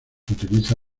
utiliza